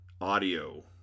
audio